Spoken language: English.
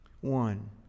One